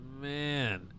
man